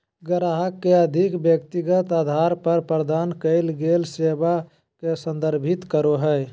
ग्राहक के अधिक व्यक्तिगत अधार पर प्रदान कइल गेल सेवा के संदर्भित करो हइ